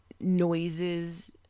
noises